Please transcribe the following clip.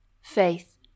faith